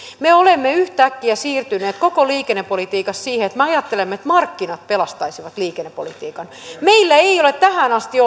me olemme yhtäkkiä siirtyneet koko liikennepolitiikassa siihen että me ajattelemme että markkinat pelastaisivat liikennepolitiikan meillä ei ole tähän asti